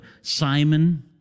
Simon